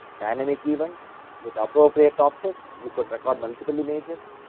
dynamic events with appropriate top ticks, you could record multiple images.